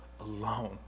alone